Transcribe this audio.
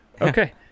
Okay